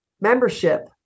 membership